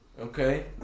Okay